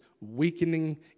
weakening